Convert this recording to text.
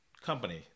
company